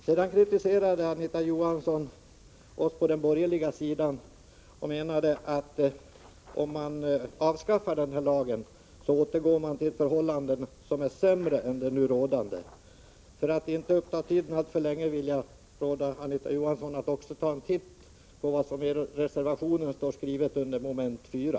Sedan kritiserade Anita Johansson oss på den borgerliga sidan och menade att om man avskaffar den här lagen återgår man till förhållanden som är sämre än de nu rådande. För att inte uppta tiden alltför länge vill jag råda Anita Johansson att också ta en titt på vad som i reservationen står skrivet under mom. 4.